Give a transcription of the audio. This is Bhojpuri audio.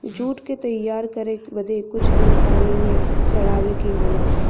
जूट क तैयार करे बदे कुछ दिन पानी में सड़ावे के होला